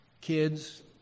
Kids